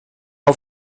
auf